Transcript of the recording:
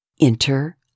Enter